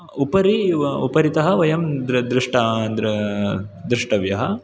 उपरि उपरितः वयं द्र द्रष्टा द्र द्रष्टव्यः